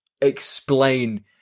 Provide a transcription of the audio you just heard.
explain